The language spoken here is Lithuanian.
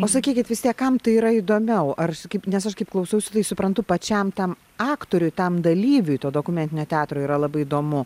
pasakykit vis tiek kam tai yra įdomiau ar sakyti nes aš kaip klausausi tai suprantu pačiam tam aktoriui tam dalyviui to dokumentinio teatro yra labai įdomu